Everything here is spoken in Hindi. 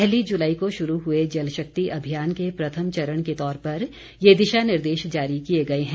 पहली जुलाई को शुरू हुए जल शक्ति अभियान के प्रथम चरण के तौर पर यह दिशा निर्देश जारी किए गए हैं